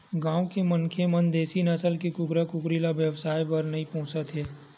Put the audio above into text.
गाँव के मनखे मन देसी नसल के कुकरा कुकरी ल बेवसाय बर नइ पोसत हे